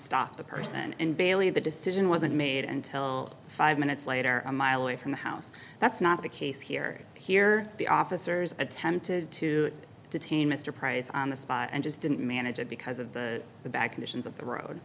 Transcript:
stop the person and bailey the decision wasn't made until five minutes later a mile away from the house that's not the case here here the officers attempted to detain mr price on the spot and just didn't manage it because of the back additions of the road